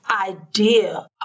idea